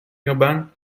urban